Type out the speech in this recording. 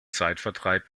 zeitvertreib